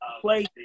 play